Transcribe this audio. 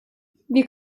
wir